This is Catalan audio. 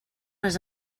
les